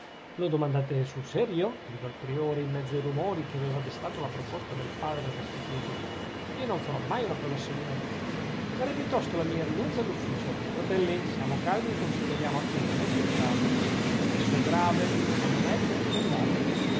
lo domandate sul serio gridò il priore in mezzo ai rumori che aveva destato la proposta del padre restituto io non farò mai una cosa simile darei piuttosto la mia rinunzia all'ufficio fratelli siamo calmi e consideriamo attentamente il caso esso è grave ma non è punto nuovo